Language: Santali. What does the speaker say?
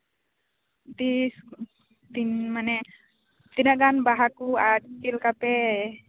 ᱛᱤᱥ ᱢᱟᱱᱮ ᱛᱤᱱᱟᱹᱜ ᱜᱟᱱ ᱵᱟᱦᱟ ᱠᱚ ᱟᱨ ᱪᱮᱫᱞᱮᱠᱟ ᱯᱮ